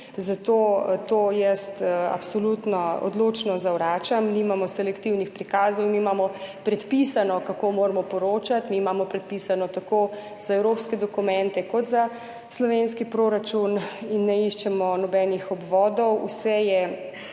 zato jaz to absolutno odločno zavračam. Nimamo selektivnih prikazov, mi imamo predpisano, kako moramo poročati. Mi imamo predpisano tako za evropske dokumente kot za slovenski proračun in ne iščemo nobenih obvodov. Vse je